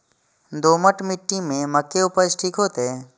दोमट मिट्टी में मक्के उपज ठीक होते?